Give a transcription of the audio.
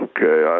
Okay